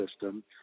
system